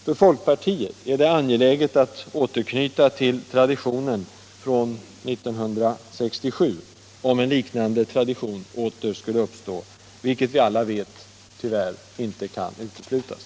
För folkpartiet är det angeläget att återknyta till traditionen från 1967, om en liknande situation åter skulle uppstå — vilket vi alla vet tyvärr inte kan uteslutas.